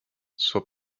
soit